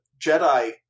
Jedi